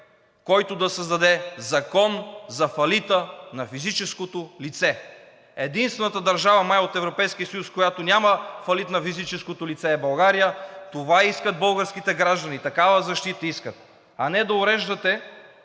който да създаде Закон за фалита на физическото лице. Единствена държава май от Европейския съюз, в която няма фалит на физическото лице, е България. Това искат българските граждани и такава защита искат, а не да уреждате